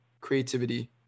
creativity